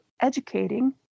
educating